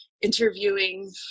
interviewing